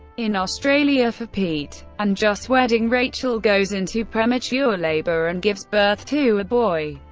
in australia for pete and jo's wedding, rachel goes into premature labour and gives birth to a boy.